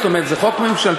זאת אומרת, זה חוק ממשלתי,